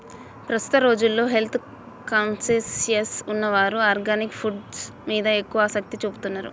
ప్రస్తుత రోజుల్లో health conscious ఉన్నవారు ఆర్గానిక్ ఫుడ్స్ మీద ఎక్కువ ఆసక్తి చూపుతున్నారు